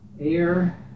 Air